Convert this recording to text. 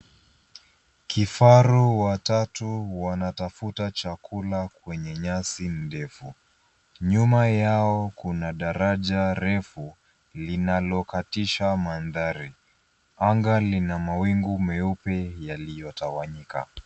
Kifaru watatu wanatafuta chakula kwenye nyasi ndefu nyuma yao kuna daraja refu linalokatisha mandari. Anga lina mawingu meupe yaliyotawanyika.